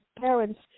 parents